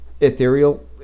ethereal